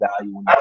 value